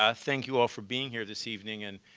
ah thank you all for being here this evening and